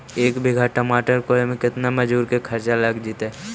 एक बिघा टमाटर कोड़े मे केतना मजुर के खर्चा लग जितै?